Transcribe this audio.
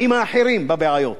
עם אחרים בבעיות.